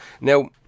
Now